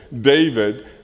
David